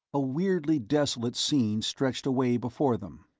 a weirdly desolate scene stretched away before them.